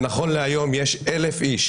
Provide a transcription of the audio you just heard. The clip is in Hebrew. נכון להיום יש 1,000 איש,